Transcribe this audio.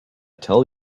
tell